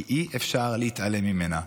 כי אי-אפשר להתעלם ממנה.